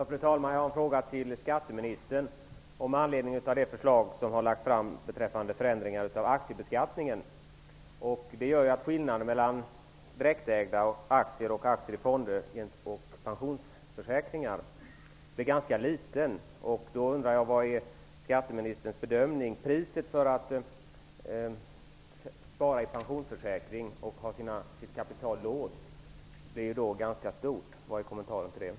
Fru talman! Jag har en fråga till skatteministern med anledning av det förslag som har lagts fram beträffande förändringen av aktiebeskattningen. Förslaget innebär att skillnaden mellan direktägda aktier och aktier i fonder och pensionsförsäkringar blir ganska liten. Jag undrar vilken skatteministerns bedömning är. Priset för att spara i pensionsförsäkring och ha sitt kapital låst är ganska högt. Vilken är skatteministerns kommentar?